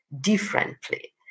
differently